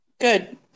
good